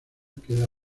queda